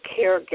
caregivers